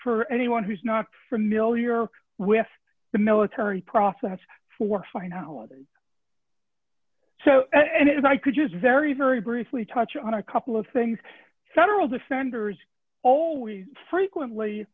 for anyone who's not familiar with the military process for finality so and if i could just very very briefly touch on a couple of things federal defenders always frequently